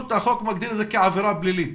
החוק מגדיר את זה כעבירה פלילית.